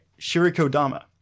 shirikodama